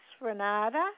Renata